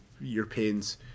Europeans